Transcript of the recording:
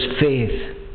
faith